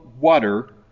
water